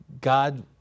God